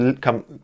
come